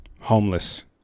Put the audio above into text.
homeless